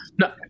No